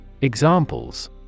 Examples